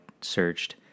searched